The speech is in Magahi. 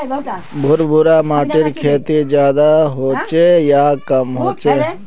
भुर भुरा माटिर खेती ज्यादा होचे या कम होचए?